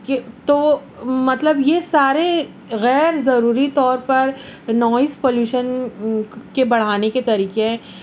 کہ تو وہ مطلب یہ سارے غیر ضروری طور پر نوئز پولوشن کے بڑھانے کے طریقے ہیں